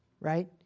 right